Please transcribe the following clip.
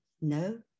No